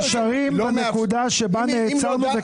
נשארים בנקודה בה נעצרנו.